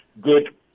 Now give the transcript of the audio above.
good